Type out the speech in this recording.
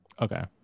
Okay